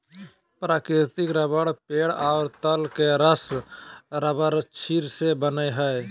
प्राकृतिक रबर पेड़ और लत के रस रबरक्षीर से बनय हइ